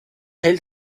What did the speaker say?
hält